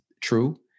true